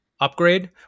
upgrade